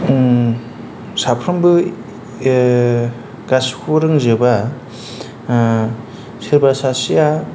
साफ्रोमबो गासिखौबो रोंजोबा सोरबा सासेया